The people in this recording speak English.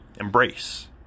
Embrace